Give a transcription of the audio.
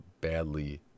badly